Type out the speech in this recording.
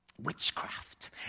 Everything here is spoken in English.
Witchcraft